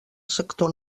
sector